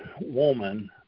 woman